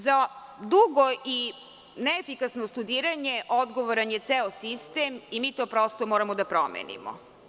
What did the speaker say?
Za dugo i neefikasno studiranje odgovoran je ceo sistem i mi to moramo da promenimo.